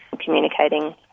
communicating